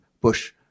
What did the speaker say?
Bush